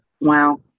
Wow